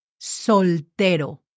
soltero